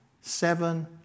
Seven